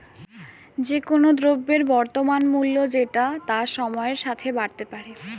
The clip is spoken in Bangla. যে কোন দ্রব্যের বর্তমান মূল্য যেটা তা সময়ের সাথে বাড়তে পারে